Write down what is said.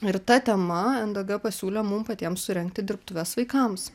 ir ta tema ndg pasiūlė mum patiem surengti dirbtuves vaikams